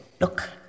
Look